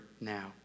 now